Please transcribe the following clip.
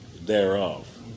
thereof